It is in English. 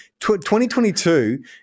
2022